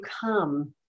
come